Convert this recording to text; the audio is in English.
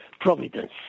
providence